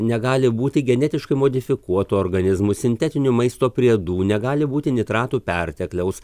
negali būti genetiškai modifikuotų organizmų sintetinių maisto priedų negali būti nitratų pertekliaus